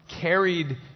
carried